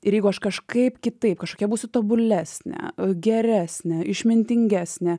ir jeigu aš kažkaip kitaip kažką būsiu tobulesnė geresnė išmintingesnė